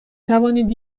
توانید